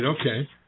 okay